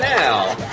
now